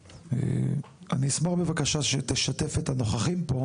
אני אשמח בבקשה שתשתף את הנוכחים פה